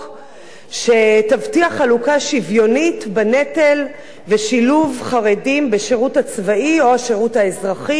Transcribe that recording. שתבטיח חלוקה שוויונית בנטל ושילוב חרדים בשירות הצבאי או השירות האזרחי.